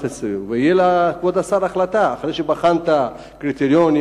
הסוגיה ותהיה לכבוד השר החלטה אחרי שבחנת קריטריונים,